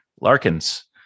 Larkins